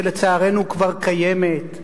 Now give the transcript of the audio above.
שלצערנו כבר קיימת,